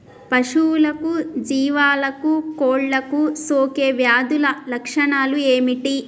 పశువులకు జీవాలకు కోళ్ళకు సోకే వ్యాధుల లక్షణాలు ఏమిటి?